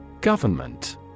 Government